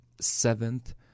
seventh